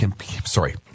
sorry